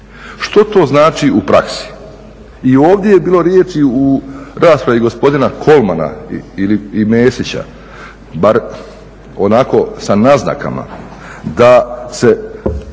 Što to znači u praksi? I ovdje je bilo riječ i u raspravi gospodina Kolmana i Mesića bar onako sa naznakama da se